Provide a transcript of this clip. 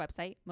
website